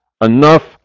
enough